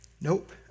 nope